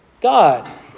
God